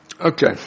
Okay